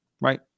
right